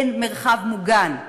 אין מרחב מוגן.